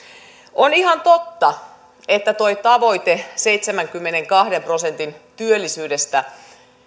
on ihan totta että tuo tavoite seitsemänkymmenenkahden prosentin työllisyydestä